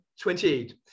28